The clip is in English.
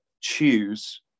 choose